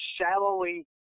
shallowly